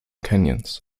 canyons